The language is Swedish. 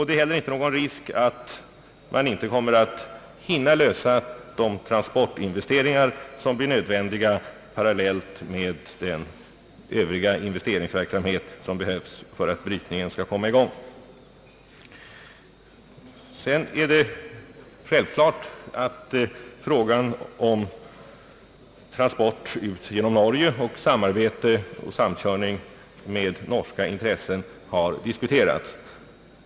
Det är heller inte någon risk att man inte skall hinna klara de = transportinvesteringar som blir nödvändiga parallellt med den övriga investeringsverksamhet som behövs för att brytningen skall komma i gång. Frågan om transport ut genom Norge och samkörning med norska intressen har självfallet diskuterats.